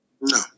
No